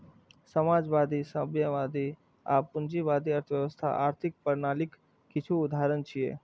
समाजवादी, साम्यवादी आ पूंजीवादी अर्थव्यवस्था आर्थिक प्रणालीक किछु उदाहरण छियै